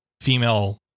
female